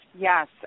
Yes